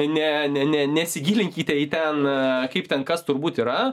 ne ne ne nesigilinkite į ten kaip ten kas turbūt yra